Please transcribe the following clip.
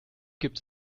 gibt